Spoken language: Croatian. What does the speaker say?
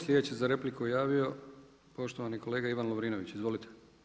Sljedeći se za repliku javio poštovani kolega Ivan Lovrinović, izvolite.